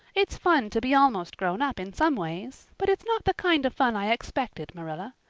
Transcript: it's fun to be almost grown up in some ways, but it's not the kind of fun i expected, marilla.